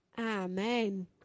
Amen